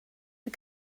mae